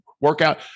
workout